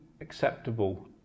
acceptable